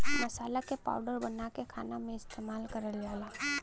मसाला क पाउडर बनाके खाना में इस्तेमाल करल जाला